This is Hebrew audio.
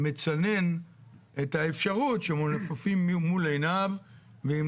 מצנן את האפשרות שמנופים יהיו מול עיניו ואם